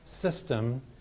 system